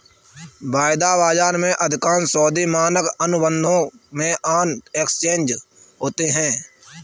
वायदा बाजार में, अधिकांश सौदे मानक अनुबंधों में ऑन एक्सचेंज होते हैं